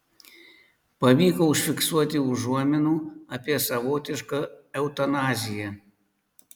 pavyko užfiksuoti užuominų apie savotišką eutanaziją